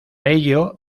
ello